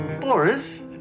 Boris